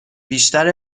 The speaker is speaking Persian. بیشتر